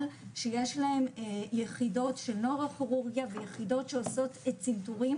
שיש להם יחידות שלא רק כירורגיה יחידות שעושות צנתורים,